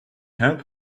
help